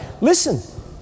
Listen